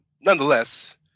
Nonetheless